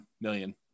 million